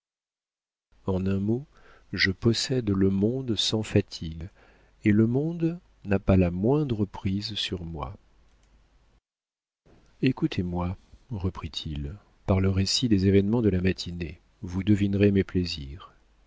en un mot je possède le monde sans fatigue et le monde n'a pas la moindre prise sur moi écoutez-moi reprit-il par le récit des événements de la matinée vous devinerez mes plaisirs